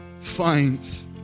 finds